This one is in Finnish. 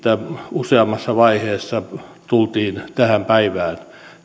useammassa vaiheessa tultiin tähän päivään